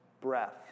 breath